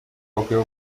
bakwiye